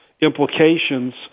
implications